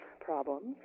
problems